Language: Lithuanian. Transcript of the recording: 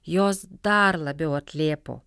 jos dar labiau atlėpo